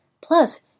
Plus